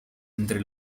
entre